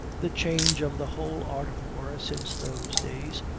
the change of the whole art of war since those days,